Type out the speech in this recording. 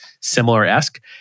similar-esque